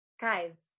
guys